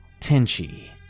Tenchi